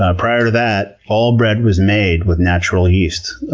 ah prior to that, all bread was made with natural yeast,